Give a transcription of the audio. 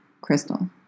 Crystal